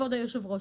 כבוד היושב-ראש,